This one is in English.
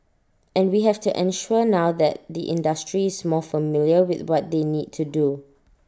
and we have to ensure now that the industry is more familiar with what they need to do